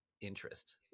interest